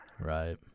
Right